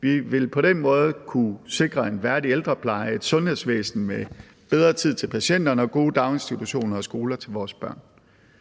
Vi vil på den måde kunne sikre en værdig ældrepleje, et sundhedsvæsen med bedre tid til patienterne og gode daginstitutioner og skoler til vores børn.